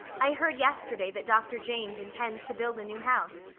i heard yesterday that dr. james intends to build a new house.